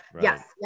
yes